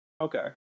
Okay